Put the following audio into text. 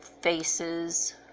faces